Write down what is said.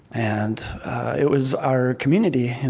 and it was our community.